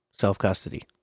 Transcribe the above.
Self-custody